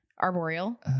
Arboreal